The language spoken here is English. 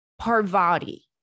Parvati